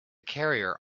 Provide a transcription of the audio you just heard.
carrier